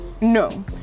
no